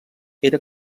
era